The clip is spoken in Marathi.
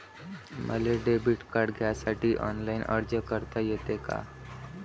मले डेबिट कार्ड घ्यासाठी ऑनलाईन अर्ज करता येते का?